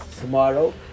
tomorrow